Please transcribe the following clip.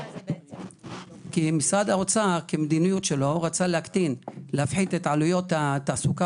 המערכת כל כך משוכללת ומדויקת - כל מערכת אחרת